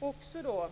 Jag ställde